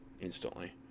instantly